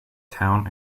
town